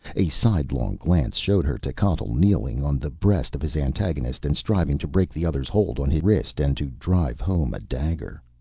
a sidelong glance showed her techotl kneeling on the breast of his antagonist and striving to break the other's hold on his wrist and to drive home a dagger.